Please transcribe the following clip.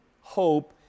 hope